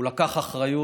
הוא לקח אחריות,